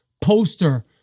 poster